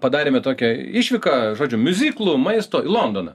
padarėme tokią išvyką žodžiu miuziklų maisto į londoną